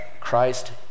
Christ